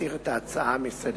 להסיר את ההצעה מסדר-היום.